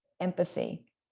empathy